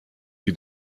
sie